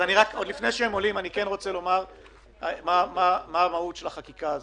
אני רוצה לומר מה המהות של החקיקה הזאת.